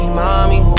mommy